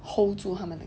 hold 住他们的